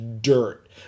dirt